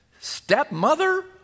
stepmother